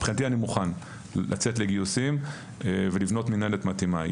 מבחינתי אני מוכן לצאת לגיוסים ולבנות מינהלת מתאימה.